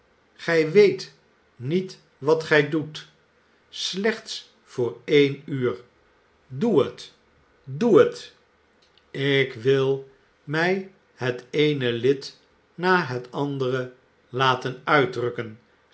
gij weet niet wat gij doet slechts voor één uur doe het doe het ik wil mij het eene lid na het andere laten uitrukken